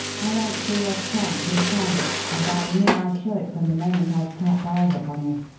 i went through your trunk and found it as i knew i should from the moment i clapped eyes upon you.